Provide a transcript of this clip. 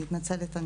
אני מתנצלת.